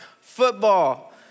football